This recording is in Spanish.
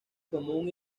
común